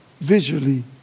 visually